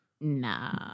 Nah